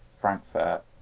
Frankfurt